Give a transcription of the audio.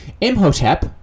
Imhotep